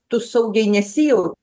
tu saugiai nesijau